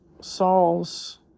saul's